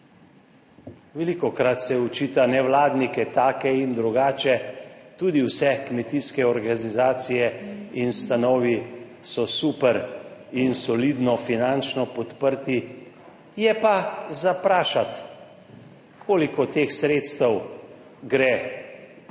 Velikokrat se očita nevladnike, take in drugače, tudi vse kmetijske organizacije in stanovi so super in solidno finančno podprti je pa za vprašati, koliko teh sredstev gre v